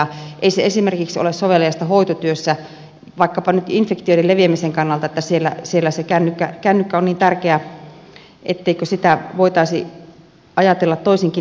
ei se esimerkiksi ole soveliasta hoitotyössä vaikkapa nyt infektioiden leviämisen kannalta että siellä se kännykkä on niin tärkeä etteikö sitä voitaisi ajatella toisinkin käytettäväksi